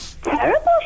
terrible